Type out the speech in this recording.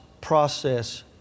process